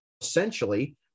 essentially